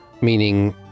meaning